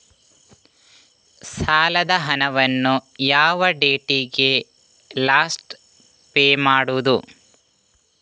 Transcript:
ಸಾಲದ ಹಣವನ್ನು ಯಾವ ಡೇಟಿಗೆ ಲಾಸ್ಟ್ ಪೇ ಮಾಡುವುದು?